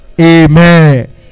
Amen